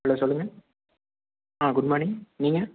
hello சொல்லுங்க ஆ good morning நீங்கள்